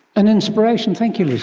an inspiration, thank you